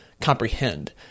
comprehend